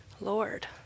Lord